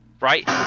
right